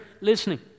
listening